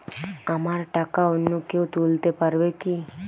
আমার টাকা অন্য কেউ তুলতে পারবে কি?